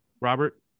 Robert